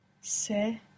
Se